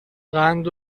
قند